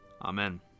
Amen